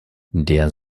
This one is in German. der